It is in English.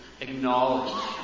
acknowledge